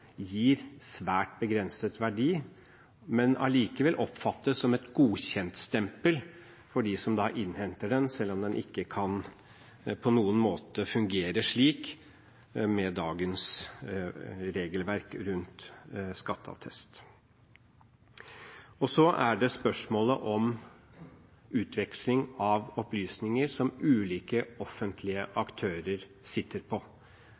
svært begrenset verdi, men allikevel oppfattes som et godkjentstempel av dem som innhenter den, selv om den ikke på noen måte kan fungere slik, med dagens regelverk for skatteattest. Så til spørsmålet om utveksling av opplysninger som ulike offentlige aktører sitter på,